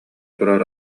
турар